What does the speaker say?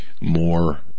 more